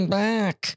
back